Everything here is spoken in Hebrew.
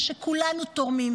ושכולנו תורמים,